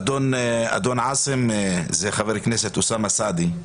אדון ויסאם, זה חבר הכנסת אוסאמה סעדי,